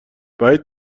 بعید